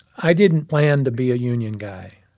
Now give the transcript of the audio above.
i didn't plan to be a union guy.